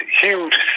huge